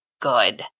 good